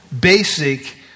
basic